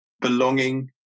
belonging